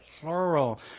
plural